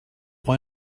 why